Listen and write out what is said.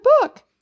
book